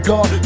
God